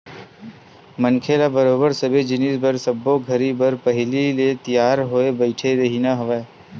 मनखे ल बरोबर सबे जिनिस बर सब्बो घरी बर पहिली ले तियार होय बइठे रहिना हवय